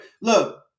Look